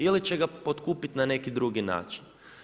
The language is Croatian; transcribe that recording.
Ili će ga potkupiti na neki drugi način.